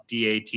DAT